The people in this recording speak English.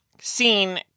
seen